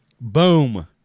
boom